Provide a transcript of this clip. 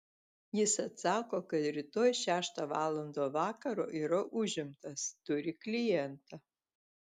jis atsako kad rytoj šeštą valandą vakaro yra užimtas turi klientą